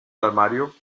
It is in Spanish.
armario